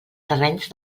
terrenys